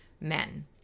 men